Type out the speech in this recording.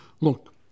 Look